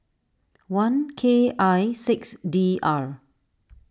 one K I six D R